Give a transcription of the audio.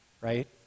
right